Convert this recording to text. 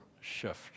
shift